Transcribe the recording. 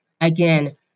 Again